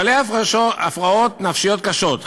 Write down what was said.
בעלי הפרעות נפשיות קשות,